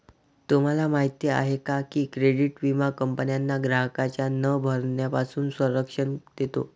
तुम्हाला माहिती आहे का की क्रेडिट विमा कंपन्यांना ग्राहकांच्या न भरण्यापासून संरक्षण देतो